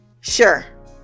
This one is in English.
sure